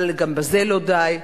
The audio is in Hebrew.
אבל גם בזה לא די.